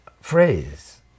phrase